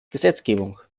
gesetzgebung